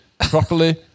properly